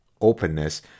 openness